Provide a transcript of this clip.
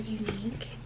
unique